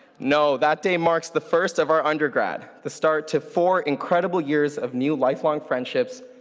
no, that day marks the first of our undergrad, the start to four incredible years of new, lifelong friendships,